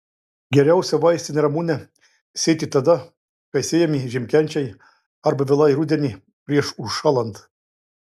geriausia vaistinę ramunę sėti tada kai sėjami žiemkenčiai arba vėlai rudenį prieš užšąlant